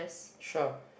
shrub